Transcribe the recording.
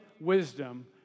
wisdom